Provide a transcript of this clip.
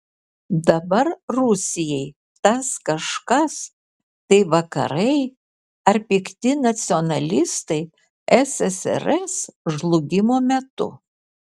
dabar rusijai tas kažkas tai vakarai ar pikti nacionalistai ssrs žlugimo metu